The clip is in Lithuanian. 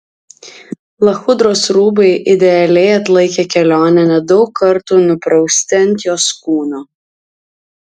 lachudros rūbai idealiai atlaikė kelionę net daug kartų nuprausti ant jos kūno